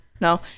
no